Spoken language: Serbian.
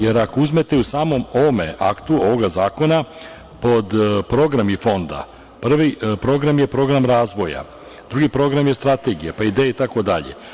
Jer, ako uzmete u samom ovom aktu ovog zakona, pod – programi fonda, prvi program je program razvoja, drugi program je strategija, pa ideje, itd.